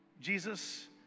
Jesus